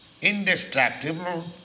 indestructible